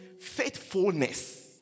faithfulness